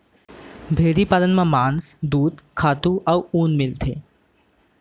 भेड़ी पालन म मांस, दूद, खातू अउ ऊन मिलथे